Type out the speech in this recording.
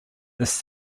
its